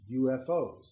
UFOs